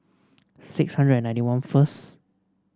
six hundred and ninety first